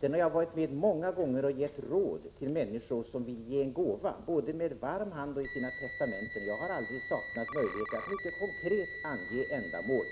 Jag har många gånger givit råd till människor som har velat ge en gåva både med varm hand och i sina testamenten. Jag har aldrig saknat möjlighet att mycket konkret ange ändamål.